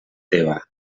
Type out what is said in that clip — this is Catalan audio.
teva